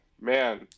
man